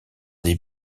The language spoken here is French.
des